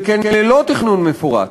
שכן ללא תכנון מפורט,